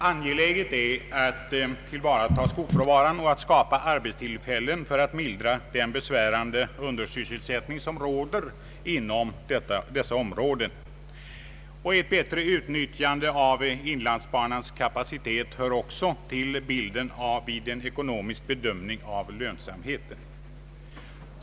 Angeläget är att tillvarata skogsråvaran och att skapa arbetstillfällen för att mildra den besvärande undersysselsättning som råder inom området. Ett bättre utnyttjande av Inlandsbanans kapacitet hör också till bilden vid en ekonomisk bedömning av lönsamheten.